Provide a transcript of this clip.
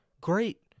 great